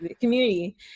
community